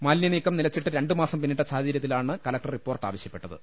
മാലിന്യനീക്കം നിലച്ചിട്ട് രണ്ടു മാസം പിന്നിട്ട സാഹചര്യത്തിലാണ് കലക്ടർ റിപ്പോർട്ട് ആവശ്യപ്പെട്ടത്